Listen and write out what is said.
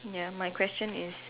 ya my question is